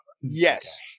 Yes